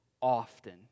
often